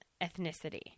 ethnicity